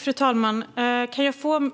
Fru talman! Kan jag få